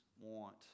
want